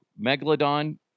Megalodon